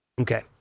Okay